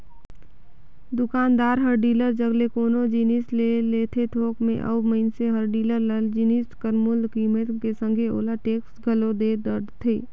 दुकानदार हर डीलर जग ले कोनो जिनिस ले लेथे थोक में अउ मइनसे हर डीलर ल जिनिस कर मूल कीमेत के संघे ओला टेक्स घलोक दे डरथे